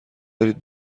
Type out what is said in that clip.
دارید